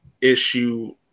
issue